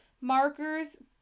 markers